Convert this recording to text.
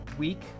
week